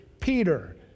Peter